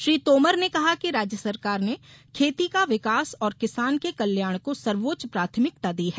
श्री तोमर ने कहा कि राज्य सरकार ने खेती का विकास और किसान के कल्याण को सर्वोच्च प्राथमिकता दी है